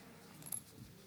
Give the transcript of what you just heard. אינו נוכח רם שפע,